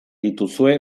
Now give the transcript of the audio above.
dituzue